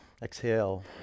Exhale